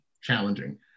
challenging